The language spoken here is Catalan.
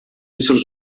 éssers